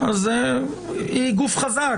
אז היא גוף חזק.